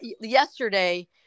yesterday